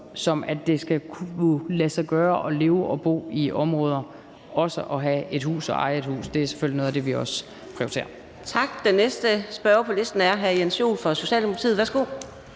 som, at det skal kunne lade sig gøre at leve og bo i de områder og have et hus og eje et hus, er selvfølgelig noget af det, vi også prioriterer. Kl. 14:33 Fjerde næstformand (Karina Adsbøl): Tak. Den næste spørger på listen er hr. Jens Joel fra Socialdemokratiet. Værsgo.